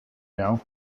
know